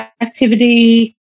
activity